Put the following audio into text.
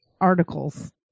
articles